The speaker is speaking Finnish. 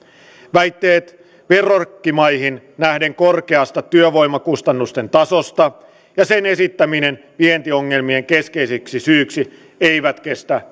väitteet verrokkimaihimme nähden korkeasta työvoimakustannuksien tasosta ja sen esittäminen vientiongelmien keskeiseksi syyksi eivät kestä